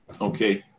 okay